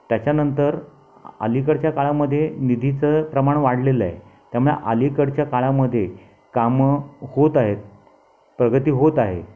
त्याच्यानंतर अलीकडच्या काळामधे निधीचं प्रमाण वाढलेलं आहे त्यामुळे अलीकडच्या काळामध्ये कामं होत आहेत प्रगती होत आहे